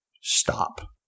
stop